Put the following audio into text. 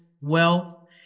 wealth